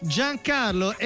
Giancarlo